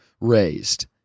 raised